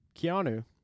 Keanu